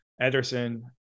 Ederson